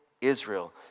Israel